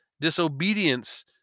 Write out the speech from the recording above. disobedience